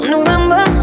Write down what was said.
November